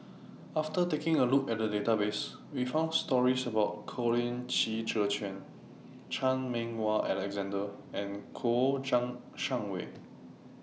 after taking A Look At The Database We found stories about Colin Qi Zhe Quan Chan Meng Wah Alexander and Kouo Shang Wei